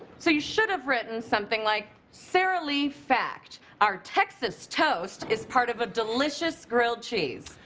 so you should have written something like, sara lee fact, our texas toast is part of a delicious grilled cheese.